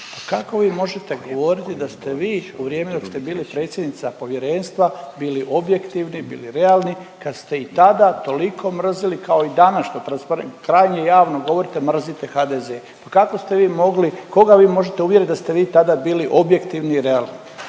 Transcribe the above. Kako vi možete govoriti da ste vi u vrijeme dok ste bili predsjednica povjerenstva bili objektivni, bili realni, kad ste i tada toliko mrzili kao i danas što krajnje javno govorite, mrzite HDZ. Kako ste vi mogli, koga vi možete uvjerit da ste vi tada bili objektivni i realni.